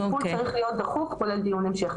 והטיפול צריך להיות דחוף כולל דיון המשך.